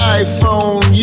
iPhone